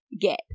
get